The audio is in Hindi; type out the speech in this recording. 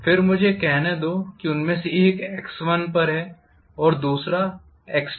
फिर मुझे यह कहने दो कि उनमें से एक x1पर है और दूसरा पर x2है